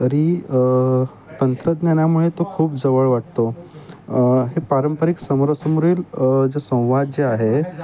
तरी तंत्रज्ञानामुळे तो खूप जवळ वाटतो हे पारंपरिक समोरसमोर जे संवाद जे आहे